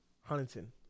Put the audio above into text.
Huntington